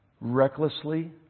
recklessly